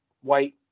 white